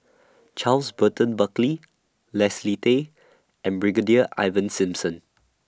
Charles Burton Buckley Leslie Tay and Brigadier Ivan Simson